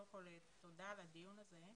קודם כול, תודה על הדיון הזה.